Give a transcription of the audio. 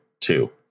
two